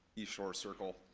east shore circle.